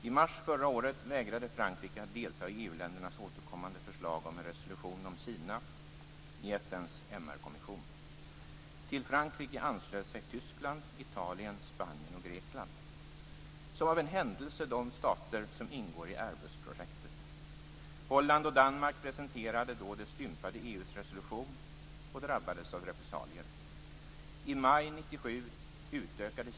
I mars förra året vägrade Frankrike att delta i EU ländernas återkommande förslag om en resolution om Kina i FN:s MR-kommission. Till Frankrike anslöt sig Tyskland, Italien, Spanien och Grekland - som av en händelse de stater som ingår i Airbusprojektet. Holland och Danmark presenterade då det stympade EU:s resolution och drabbades av repressalier.